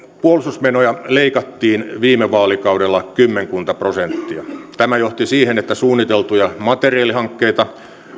puolustusmenoja leikattiin viime vaalikaudella kymmenkunta prosenttia tämä johti siihen että suunniteltuja materiaalihankkeita